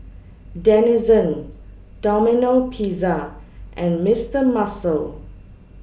Denizen Domino Pizza and Mister Muscle